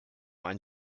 ein